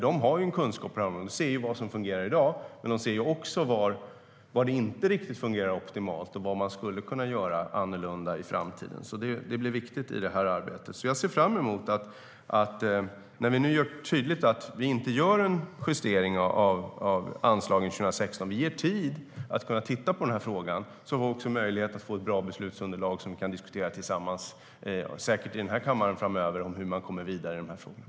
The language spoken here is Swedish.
De har nämligen kunskap på området; de ser vad som fungerar i dag och även var det inte riktigt fungerar optimalt och vad man skulle kunna göra annorlunda i framtiden. Det blir alltså viktigt i arbetet.